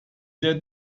der